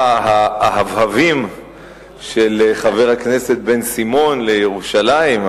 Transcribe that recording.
האהבהבים של חבר הכנסת בן-סימון לירושלים,